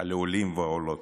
על עולים ועולות.